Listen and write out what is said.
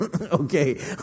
Okay